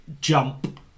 jump